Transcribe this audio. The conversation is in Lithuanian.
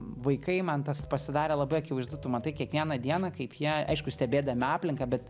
vaikai man tas pasidarė labai akivaizdu tu matai kiekvieną dieną kaip jie aišku stebėdami aplinką bet